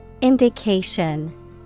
Indication